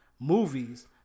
movies